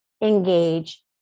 engage